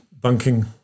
bunking